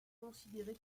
considéré